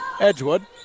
Edgewood